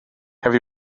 have